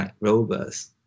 robots